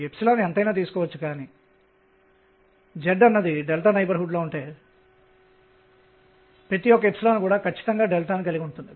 ఇప్పుడు దానిని 2 D వ్యవస్థకు వర్తింపజేద్దాం ఇది బోర్ మోడల్ కు అనుగుణంగా ఉంటుంది